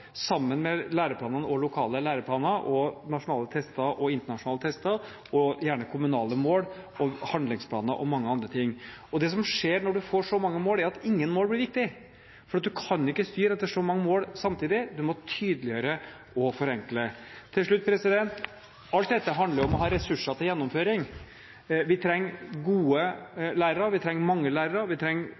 sammen med læreplanene og lokale læreplaner, nasjonale tester og internasjonale tester og gjerne kommunale mål, handlingsplaner og mange andre ting. Det som skjer når en får så mange mål, er at ingen mål blir viktige, for en kan ikke styre etter så mange mål samtidig; en må tydeliggjøre og forenkle. Til slutt: Alt dette handler om å ha ressurser til gjennomføring. Vi trenger gode lærere, vi trenger mange lærere, vi trenger